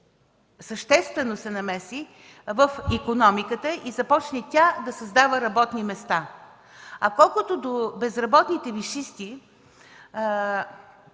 съществено се намеси в икономиката и започне тя да създава работни места. А колкото до безработните висшисти,